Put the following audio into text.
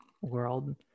world